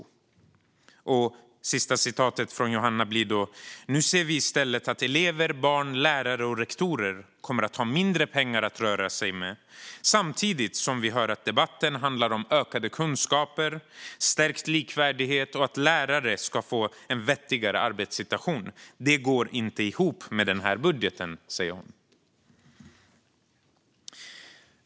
Johanna Jaara Åstrand säger vidare att förbundet nu i stället anser att elever, barn, lärare och rektorer kommer att ha mindre pengar att röra sig med samtidigt som debatten handlar om ökade kunskaper, stärkt likvärdighet och att lärare ska få en vettigare arbetssituation. Det går inte ihop med budgeten.